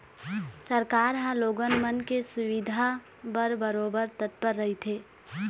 सरकार ह लोगन मन के सुबिधा बर बरोबर तत्पर रहिथे